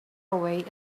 away